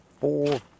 four